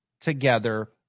together